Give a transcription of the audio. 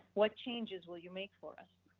what changes will you make for us?